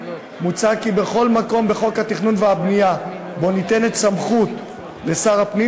מוצע כי בכל מקום בחוק התכנון והבנייה שבו ניתנת סמכות לשר הפנים,